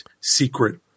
secret